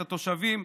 את התושבים,